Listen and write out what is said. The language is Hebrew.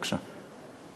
בבקשה.